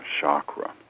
chakra